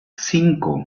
cinco